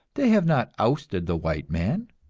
they have not ousted the white man,